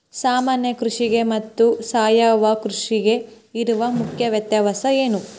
ಸಾಮಾನ್ಯ ಕೃಷಿಗೆ ಮತ್ತೆ ಸಾವಯವ ಕೃಷಿಗೆ ಇರುವ ಮುಖ್ಯ ವ್ಯತ್ಯಾಸ ಏನು?